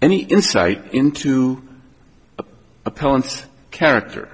any insight into appellants character